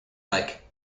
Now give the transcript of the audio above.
like